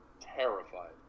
terrified